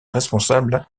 responsable